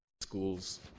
schools